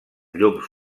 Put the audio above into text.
llums